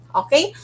okay